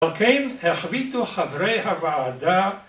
וכן החליטו חברי הוועדה